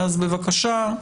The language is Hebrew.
אז, בבקשה.